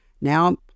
Now